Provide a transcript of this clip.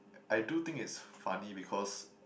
I do think it's funny because